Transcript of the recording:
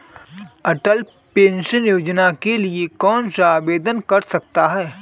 अटल pension योजना के लिए कौन आवेदन कर सकता है?